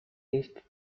least